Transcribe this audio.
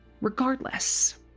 Regardless